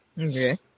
Okay